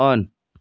on